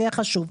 זה חשוב.